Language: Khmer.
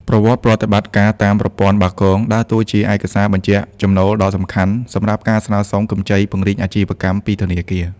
ប្រវត្តិប្រតិបត្តិការតាម ប្រព័ន្ធបាគង ដើរតួជាឯកសារបញ្ជាក់ចំណូលដ៏សំខាន់សម្រាប់ការស្នើសុំកម្ចីពង្រីកអាជីវកម្មពីធនាគារ។